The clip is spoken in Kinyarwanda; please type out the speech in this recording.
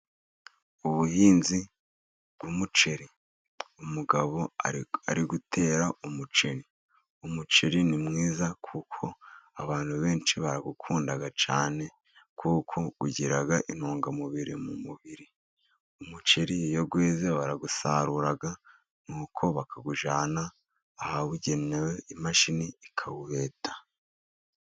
Ubuhinzi bw'umuceri. Umugabo ari gutera umuceri. Umuceri ni mwiza kuko abantu benshi barawukunda cyane kuko ugira intungamubiri mu mubiri. Umuceri iyo weze barawusarura nuko bakawujyana ahabugenewe imashini ikawubeta.